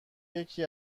یکی